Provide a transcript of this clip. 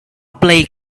play